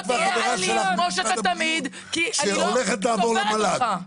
לא תהיה אלים כמו שאתה תמיד כי אני לא סופרת אותך.